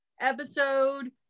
episode